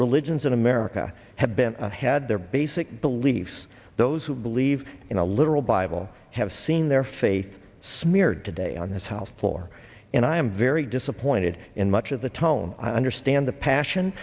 religions in america have been had their basic beliefs those who believe in a literal bible have seen their faith smeared today on this house floor and i am very disappointed in much of the tone i understand the passion